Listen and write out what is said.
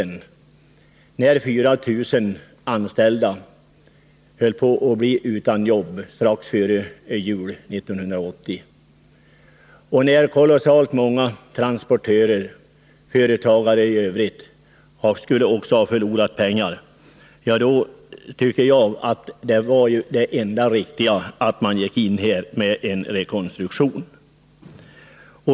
När 4 000 anställda höll på att bli utan jobb strax före jul 1980 och när kolossalt många beroende transportörer och andra företagare skulle ha förlorat pengar, då tycker jag att det enda riktiga var att staten gick in och genomförde en rekonstruktion.